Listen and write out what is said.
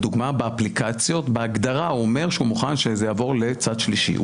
לדוגמא באפליקציות בהגדרה הוא אומר שהוא מוכן שזה יעבור לצד שלישי.